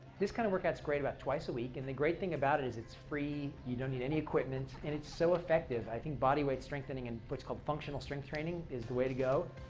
this kind of workout's great about twice a week, and the great thing about it is it's free. you don't need any equipment, and it's so effective. i think body weight strengthening and what's called functional strength training is the way to go.